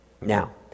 Now